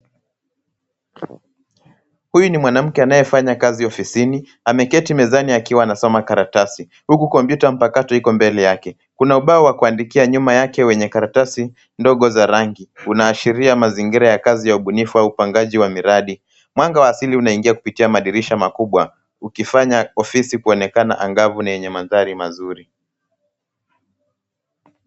Huyu ni mwanamke anayefanya kazi ofisini. Ameketi mezani akiwa anasoma karatasi huku kompyuta mpakato iko mbele yake. Kuna ubao wa kuandikia nyuma yake wenye karatasi ndogo za rangi unaashiria mazingira ya kazi ya ubunifu au upangaji wa miradi. Mwanga wa asili unaingia kupitia madirisha makubwa ukifanya ofisi kuonekana angavu na yenye mandhari mazuri.